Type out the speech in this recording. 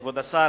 כבוד השר,